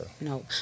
No